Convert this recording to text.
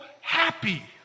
happy